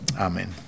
amen